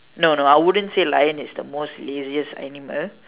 no no I wouldn't say lion is the most laziest animal